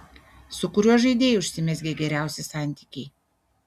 su kuriuo žaidėju užsimezgė geriausi santykiai